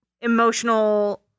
emotional